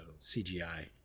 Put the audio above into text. CGI